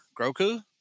Groku